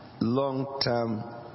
long-term